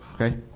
Okay